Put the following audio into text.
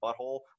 butthole